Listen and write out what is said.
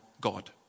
God